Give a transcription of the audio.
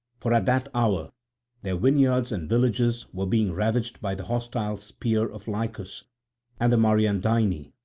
for at that hour their vineyards and villages were being ravaged by the hostile spear of lycus and the mariandyni,